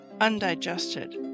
undigested